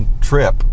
trip